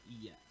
yes